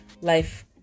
life